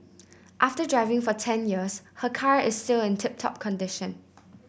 after driving for ten years her car is still in tip top condition